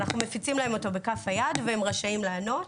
אנחנו מפיצים להם אותו בכף היד והם רשאים לענות.